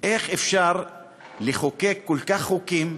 איך אפשר לחוקק כך חוקים?